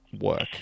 work